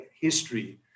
history